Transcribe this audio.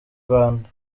rwanda